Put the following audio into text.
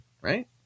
right